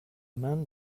man